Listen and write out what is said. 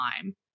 time